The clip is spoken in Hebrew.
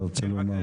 אתה רוצה לומר משהו?